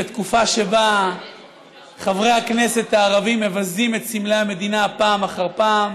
בתקופה שבה חברי הכנסת הערבים מבזים את סמלי המדינה פעם אחר פעם,